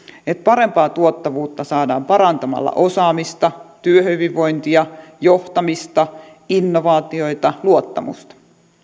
että parempaa tuottavuutta saadaan parantamalla osaamista työhyvinvointia johtamista innovaatioita ja luottamusta